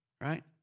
right